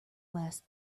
last